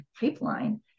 Pipeline